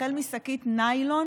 החל משקית ניילון